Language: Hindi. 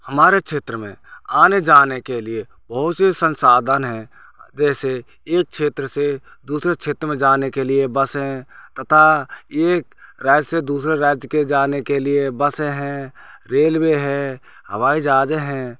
हमारे क्षेत्र में आने जाने के लिए बहुत सी संसाधन है जैसे एक क्षेत्र से दूसरे क्षेत्र में जाने के लिए बसें तथा एक राज्य से दूसर राज्य के जाने के लिए बसें है रेलवे है हवाई जहाजें हैं